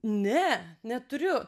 ne neturiu